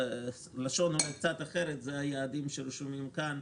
אולי בלשון קצת אחרת, היעדים שרשומים כאן.